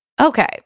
Okay